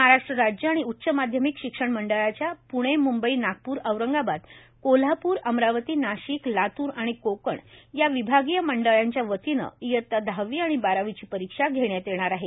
महाराष्ट्र राज्य आणि उच्च माध्यमिक शिक्षण मंडळाच्या प्णे म्ंबई नागप्र औरंगाबाद कोल्हाप्र अमरावती नाशिक लात्र आणि कोकण या विभागीय मंडळांच्या वतीने इयता दहावी आणि बारावीची परीक्षा घेण्यात येणार आहे